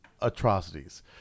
atrocities